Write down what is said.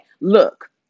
Look